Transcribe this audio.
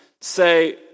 say